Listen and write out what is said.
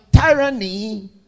tyranny